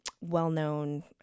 well-known